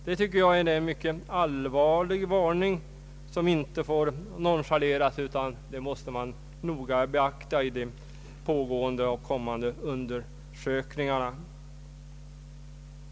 Det är en allvarlig maning som inte får nonchaleras utan som måste noga beaktas vid de pågående och kommande undersökningarna.